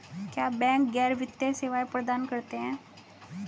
क्या बैंक गैर वित्तीय सेवाएं प्रदान करते हैं?